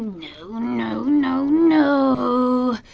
no no no no!